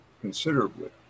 considerably